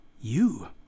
You